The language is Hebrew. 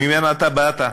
שממנה אתה באת.